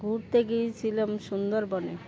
ঘুরতে গিয়েছিলাম সুন্দরবনে